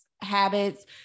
habits